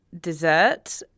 dessert